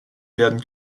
werden